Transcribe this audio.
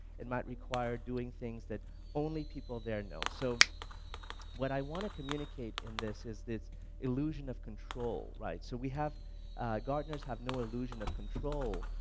it might require doing things that only people there know. so what i want to communicate in this is this illusion of control, right so we have gardeners have no illusion of control.